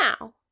Now